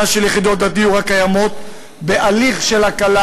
של יחידות הדיור הקיימות בהליך של הקלה.